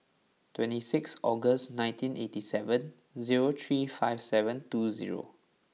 twenty six August nineteen eighty seven zero three five seven two zero